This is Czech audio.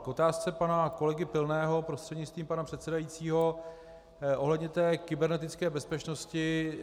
K otázce pana kolegy Pilného, prostřednictvím pana předsedajícího, ohledně kybernetické bezpečnosti.